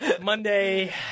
Monday